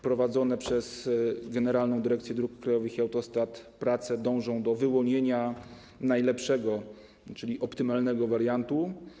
Prowadzone przez Generalną Dyrekcję Dróg Krajowych i Autostrad prace dążą do wyłonienia najlepszego, czyli optymalnego wariantu.